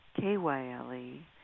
K-Y-L-E